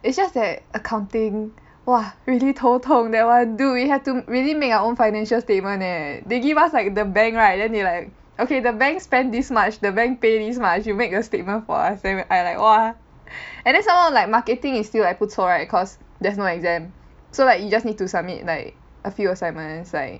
it's just that accounting !wah! really 头疼 that one dude we have to really make our own financial statement leh they give us like the bank right then they like okay the bank spent this much the bank pay this much you make a statement for us and I like !wah! and then some more like marketing is still like 不错 right cause there's no exam so like you just need to submit like a few assignments like